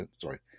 sorry